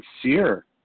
sincere